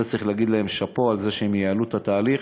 צריך להגיד להם שאפו על זה שהם ייעלו את התהליך.